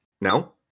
No